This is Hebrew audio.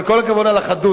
אבל כל הכבוד על החדות,